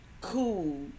cool